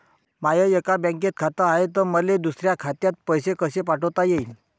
माय एका बँकेत खात हाय, त मले दुसऱ्या खात्यात पैसे कसे पाठवता येईन?